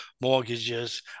mortgages